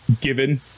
given